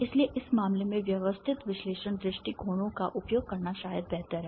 इसलिए इस मामले में व्यवस्थित विश्लेषण दृष्टिकोणों का उपयोग करना शायद बेहतर है